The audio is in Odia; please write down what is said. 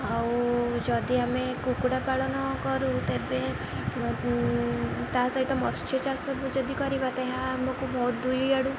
ଆଉ ଯଦି ଆମେ କୁକୁଡ଼ା ପାଳନ କରୁ ତେବେ ତା ସହିତ ମତ୍ସ୍ୟ ଚାଷକୁ ଯଦି କରିବା ଏହା ଆମକୁ ଦୁଇ ଆଡ଼ୁ